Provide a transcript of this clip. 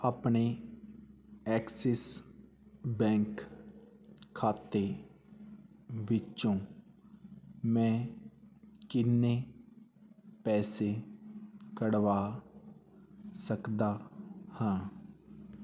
ਆਪਣੇ Axis bank ਖਾਤੇ ਵਿੱਚੋਂ ਮੈਂ ਕਿੰਨੇ ਪੈਸੇ ਕਢਵਾ ਸਕਦਾ ਹਾਂ